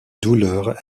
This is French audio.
douleurs